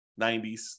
90s